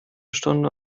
stunde